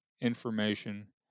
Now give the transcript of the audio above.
information